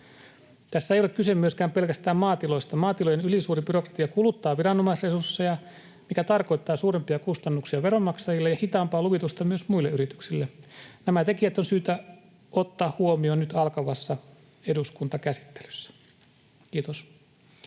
Tässä ei ole kyse myöskään pelkästään maatiloista. Maatilojen ylisuuri byrokratia kuluttaa viranomaisresursseja, mikä tarkoittaa suurempia kustannuksia veronmaksajille ja hitaampaa luvitusta myös muille yrityksille. Nämä tekijät on syytä ottaa huomioon nyt alkavassa eduskuntakäsittelyssä. — Kiitos.